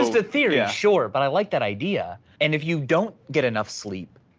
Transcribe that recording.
just a theory, ah sure, but i like that idea. and if you don't get enough sleep,